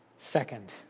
Second